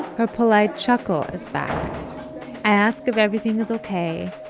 her polite chuckle is back. i ask if everything is ok.